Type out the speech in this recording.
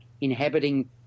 inhabiting